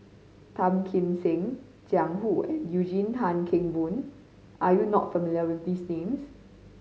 Tan Kim Seng Jiang Hu and Eugene Tan Kheng Boon are you not familiar with these names